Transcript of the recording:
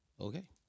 Okay